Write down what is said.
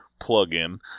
plug-in